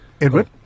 edward